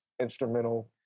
instrumental